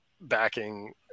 backing